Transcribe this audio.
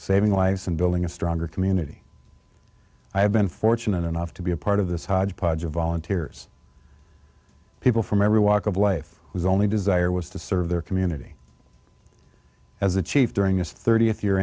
saving lives and building a stronger community i have been fortunate enough to be a part of this hodgepodge of volunteers people from every walk of life was only desire was to serve their community as a chief during his thirtieth year